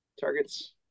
Target's